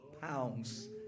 pounds